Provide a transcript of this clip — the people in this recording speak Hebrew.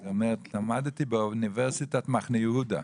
אז היא אמרה: למדתי באוניברסיטת מחנה יהודה,